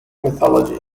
mythology